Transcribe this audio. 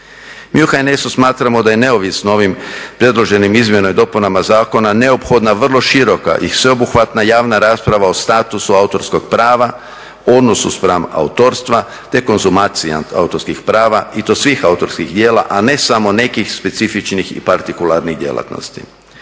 Mi u HNS-u smatramo da je neovisno ovim predloženim izmjenama i dopunama zakona neophodna vrlo široka i sveobuhvatna javna rasprava o statusu autorskog prava … spram autorstva te konzumacije autorskih prava i to svih autorskih djela, a ne samo nekih specifičnih i partikularnih djelatnosti.